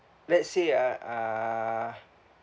let's say uh uh